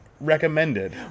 recommended